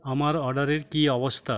আমার অর্ডারের কী অবস্থা